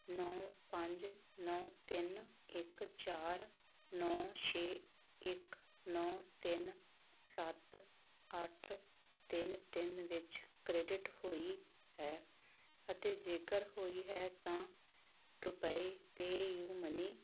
ਨੌਂ ਪੰਜ ਨੌਂ ਤਿੰਨ ਇੱਕ ਚਾਰ ਨੌਂ ਛੇ ਇੱਕ ਨੌਂ ਤਿੰਨ ਸੱਤ ਅੱਠ ਤਿੰਨ ਤਿੰਨ ਵਿੱਚ ਕ੍ਰੈਡਿਟ ਹੋਈ ਹੈ ਅਤੇ ਜੇਕਰ ਹੋਈ ਹੈ ਤਾਂ ਰੁਪਏ ਪੇਯੂ ਮਨੀ